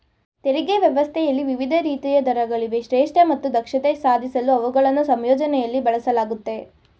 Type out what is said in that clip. ತೆರಿಗೆ ವ್ಯವಸ್ಥೆಯಲ್ಲಿ ವಿವಿಧ ರೀತಿಯ ದರಗಳಿವೆ ಶ್ರೇಷ್ಠ ಮತ್ತು ದಕ್ಷತೆ ಸಾಧಿಸಲು ಅವುಗಳನ್ನ ಸಂಯೋಜನೆಯಲ್ಲಿ ಬಳಸಲಾಗುತ್ತೆ